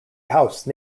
house